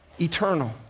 eternal